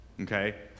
Okay